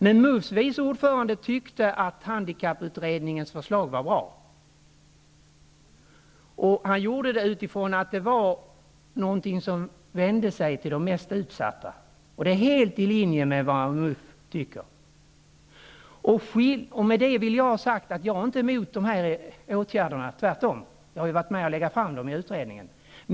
Men MUF:s vice ordförande tyckte att handikapputredningens förslag var bra, på grund av att det vände sig till de mest utsatta. Det är helt i linje med vad MUF tycker. Jag är inte mot de åtgärderna -- tvärtom. Jag har ju i utredningen varit med om att föreslå dem.